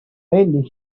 end